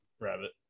rabbit